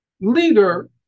leader